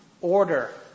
order